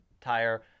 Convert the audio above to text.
tire